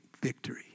victory